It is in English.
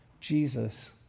Jesus